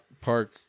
park